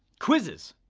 quizzes.